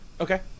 Okay